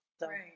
Right